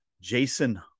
Jason